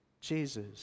Jesus